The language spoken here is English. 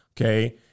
Okay